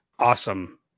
Awesome